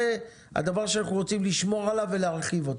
זה הדבר שאנחנו רוצים לשמור עליו ולהרחיב אותו.